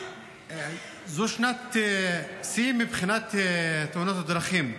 זו שנת שיא מבחינת תאונות הדרכים.